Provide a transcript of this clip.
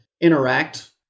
interact